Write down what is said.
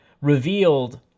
revealed